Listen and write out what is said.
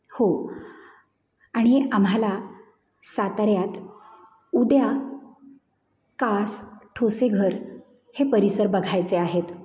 हो आणि आम्हाला साताऱ्यात उद्या कास ठोसेघर हे परिसर बघायचे आहेत